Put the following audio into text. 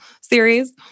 series